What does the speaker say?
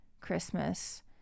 Christmas